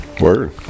Word